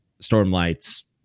Stormlight's